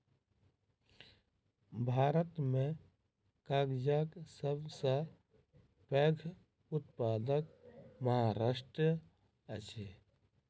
भारत में कागजक सब सॅ पैघ उत्पादक महाराष्ट्र अछि